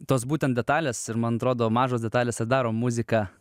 tos būtent detalės ir man atrodo mažos detalės ir daro muziką